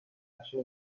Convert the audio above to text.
منتشر